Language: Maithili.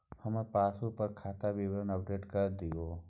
हमर पासबुक पर खाता विवरण अपडेट कर दियो